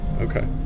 Okay